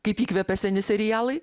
kaip įkvepia seni serialai